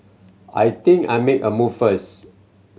I think I make a move first